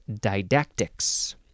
didactics